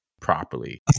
properly